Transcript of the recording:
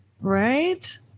Right